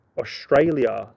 Australia